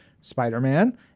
Spider-Man